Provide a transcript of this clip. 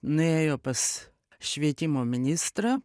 nuėjo pas švietimo ministrą